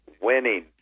winning